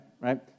right